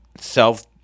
self